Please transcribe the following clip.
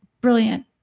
brilliant